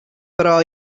però